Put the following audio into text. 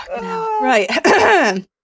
right